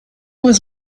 was